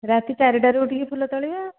ରାତି ଚାରିଟାରୁ ଉଠିକି ଫୁଲ ତୋଳିବା